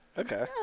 Okay